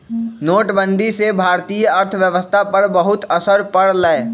नोटबंदी से भारतीय अर्थव्यवस्था पर बहुत असर पड़ लय